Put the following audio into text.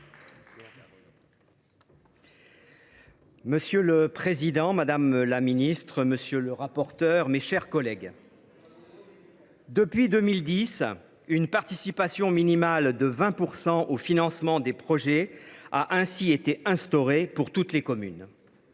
Monsieur le président, madame la ministre, mes chers collègues, depuis 2010, une participation minimale de 20 % au financement des projets a été instaurée pour toutes les communes.